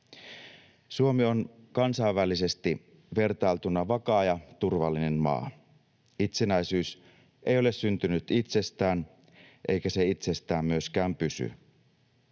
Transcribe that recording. Suomi on kansainvälisesti vertailtuna vakaa ja turvallinen maa. Itsenäisyys ei ole syntynyt itsestään, eikä se itsestään myöskään pysy.